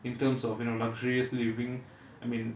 in terms of you know luxurious living I mean